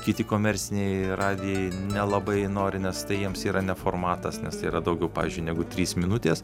kiti komerciniai radijai nelabai nori nes tai jiems yra neformatas nes tai yra daugiau pavyzdžiui negu trys minutės